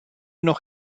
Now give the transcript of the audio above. noch